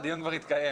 הדיון כבר התקיים.